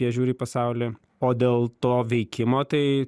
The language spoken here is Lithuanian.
jie žiūri į pasaulį o dėl to veikimo tai